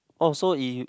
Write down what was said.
oh so if